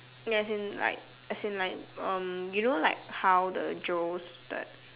ya as in like as in like um you know like how the Joe's the